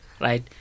Right